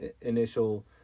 initial